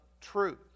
truth